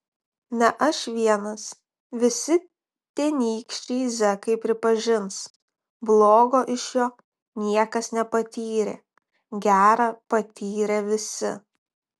ne aš vienas visi tenykščiai zekai pripažins blogo iš jo niekas nepatyrė gera patyrė visi